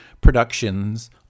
productions